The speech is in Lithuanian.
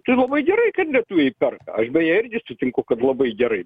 tai labai gerai kad lietuviai perka aš beje irgi sutinku kad labai gerai